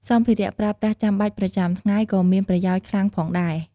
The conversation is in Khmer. សម្ភារៈប្រើប្រាស់ចាំបាច់ប្រចាំថ្ងៃក៏មានប្រយោជន៍ខ្លាំងផងដែរ។